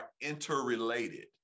interrelated